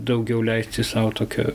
daugiau leisti sau tokio